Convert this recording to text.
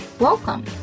Welcome